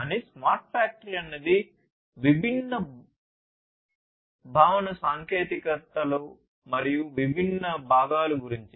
కానీ smart factory అనేది విభిన్న భవన సాంకేతికతలు మరియు విభిన్న భాగాలు గురించి